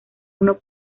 uno